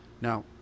Now